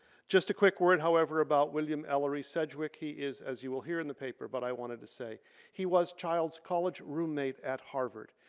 just a quick word however about william ellery sedgwick. he is, as you will hear in the paper, but i wanted to say he was child's college roommate at harvard.